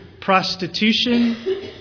prostitution